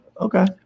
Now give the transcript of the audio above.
Okay